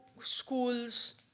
schools